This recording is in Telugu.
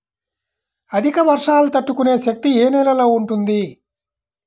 అధిక వర్షాలు తట్టుకునే శక్తి ఏ నేలలో ఉంటుంది?